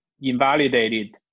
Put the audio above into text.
invalidated